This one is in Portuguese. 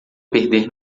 perder